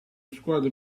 squadra